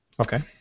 Okay